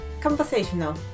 conversational